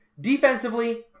Defensively